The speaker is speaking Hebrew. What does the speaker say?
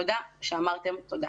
תודה שאמרתם תודה.